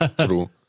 True